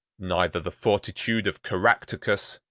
neither the fortitude of caractacus,